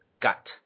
gut